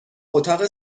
اتاق